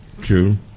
True